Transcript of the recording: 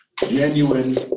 Genuine